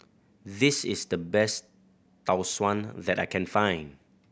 this is the best Tau Suan that I can find